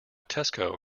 tesco